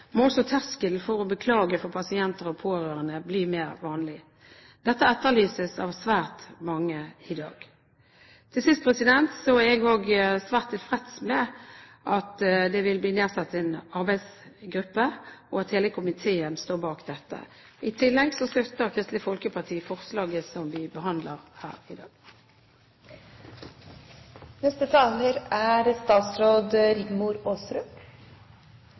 må også terskelen for å beklage overfor pasienter og pårørende bli lavere. Dette etterlyses av svært mange i dag. Til sist: Jeg er også svært tilfreds med at det vil bli nedsatt en arbeidsgruppe, og at hele komiteen står bak dette. I tillegg støtter Kristelig Folkeparti forslaget som vi behandler her i dag. Det er